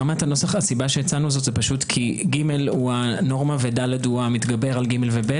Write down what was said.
ברמת הנוסח הסיבה שהצענו זה כי (ג) הוא הנורמה ו-(ד) הוא המתגבר על (ג)